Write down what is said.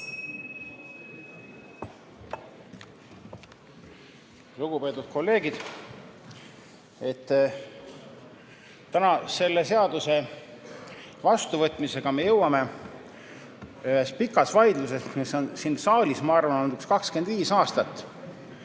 Lugupeetud kolleegid! Täna selle seaduse vastuvõtmisega jõuame me ühes pikas vaidluses, mis on siin saalis olnud, ma arvan, 25 aastat,